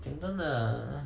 讲真的